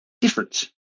different